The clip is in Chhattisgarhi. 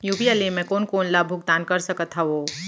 यू.पी.आई ले मैं कोन कोन ला भुगतान कर सकत हओं?